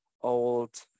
old